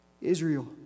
Israel